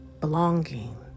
belonging